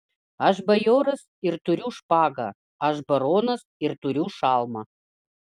aš bajoras ir turiu špagą aš baronas ir turiu šalmą